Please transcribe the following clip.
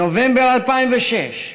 בנובמבר 2006,